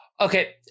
Okay